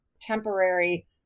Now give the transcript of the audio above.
temporary